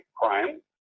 crime